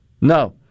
No